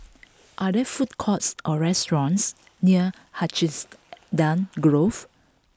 are there food courts or restaurants near Hacienda Grove